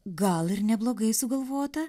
gal ir neblogai sugalvota